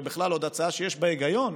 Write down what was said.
ועוד בכלל הצעה שיש בה היגיון?